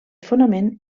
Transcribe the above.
fonament